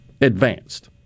advanced